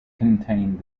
contained